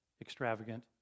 extravagant